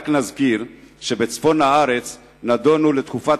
רק נזכיר שבצפון הארץ נידונו לתקופת